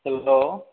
hello